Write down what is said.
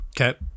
Okay